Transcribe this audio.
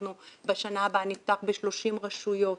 אנחנו בשנה הבאה נפתח ב-30 רשויות